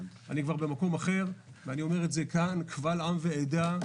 אני כבר במקום אחר ואני אומר את זה כאן קבל עם ועדה,